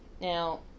now